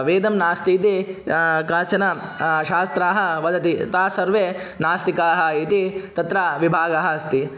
वेदं नास्ति इति काचन शास्त्राः वदति ते सर्वे नास्तिकाः इति तत्र विभागः अस्ति